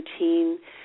routine